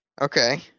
Okay